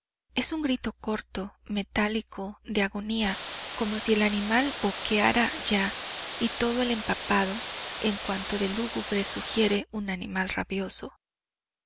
es un grito corto metálico de agonía como si el animal boqueara ya y todo él empapado en cuanto de lúgubre sugiere un animal rabioso